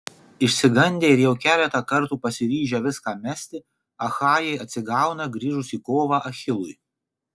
išsigandę ir jau keletą kartų pasiryžę viską mesti achajai atsigauna grįžus į kovą achilui